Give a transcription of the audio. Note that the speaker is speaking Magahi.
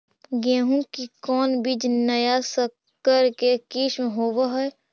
गेहू की कोन बीज नया सकर के किस्म होब हय?